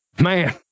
man